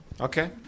Okay